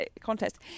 contest